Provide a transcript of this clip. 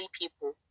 people